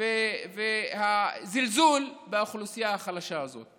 והזלזול באוכלוסייה החלשה הזאת?